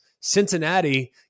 Cincinnati